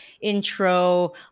intro